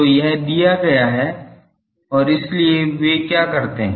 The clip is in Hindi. तो यह दिया गया है और इसलिए वे क्या करते हैं